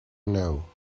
know